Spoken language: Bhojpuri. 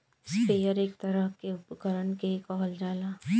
स्प्रेयर एक तरह के उपकरण के कहल जाला